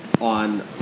on